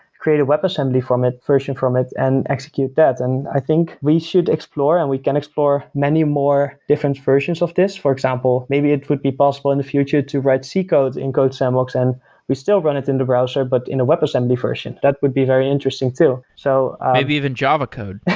create a web assembly from it, version from it and execute that and i think we should explore and we can explore many more different versions of this. for example, maybe it would be possible in the future to write c code in codesandbox and we still run it in the browser, but in a web assembly version. that would be very interesting too so maybe even java code